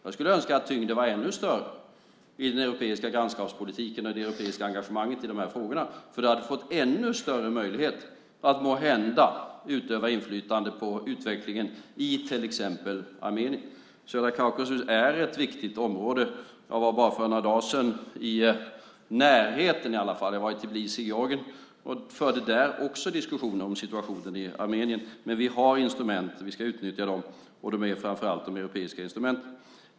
Jag skulle önska att tyngden var ännu större i den europeiska grannskapspolitiken och det europeiska engagemanget i de här frågorna. Då hade vi haft ännu större möjlighet att måhända utöva inflytande på utvecklingen i till exempel Armenien. Södra Kaukasus är ett viktigt område. För några dagar sedan var jag i närheten - jag var i Tbilisi i Georgien - och förde diskussioner om situationen i Armenien. Vi har instrument, och vi ska utnyttja dem. Det är framför allt de europeiska instrumenten.